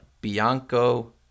Bianco